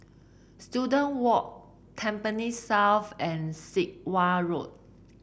Students Walk Tampines South and Sit Wah Road